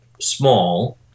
small